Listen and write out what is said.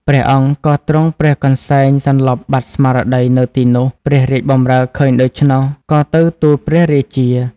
ព្រះអង្គក៏ទ្រង់ព្រះកន្សែងសន្លប់បាត់ស្មារតីនៅទីនោះ ព្រះរាជបម្រើឃើញដូច្នោះ ក៏ទៅទូលព្រះរាជា។